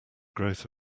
growth